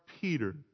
Peter